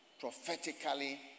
prophetically